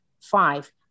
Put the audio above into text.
Five